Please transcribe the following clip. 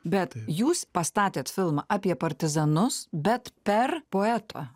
bet jūs pastatėt filmą apie partizanus bet per poeto